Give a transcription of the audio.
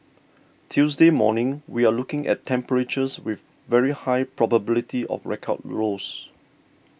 Tuesday morning we're looking at temperatures with very high probability of record lows